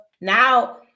Now